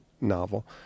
novel